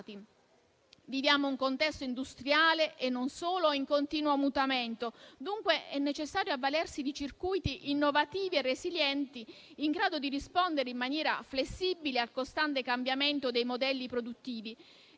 Viviamo un contesto industriale - e non solo - in continuo mutamento. Dunque, è necessario avvalersi di circuiti innovativi e resilienti in grado di rispondere in maniera flessibile al costante cambiamento dei modelli produttivi